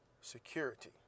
security